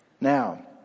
Now